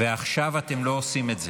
ועכשיו אתם לא עושים את זה.